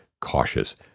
cautious